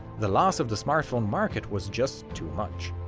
the loss of the smartphone market was just too much.